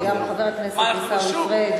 גם חבר הכנסת עיסאווי פריג',